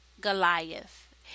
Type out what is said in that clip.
Goliath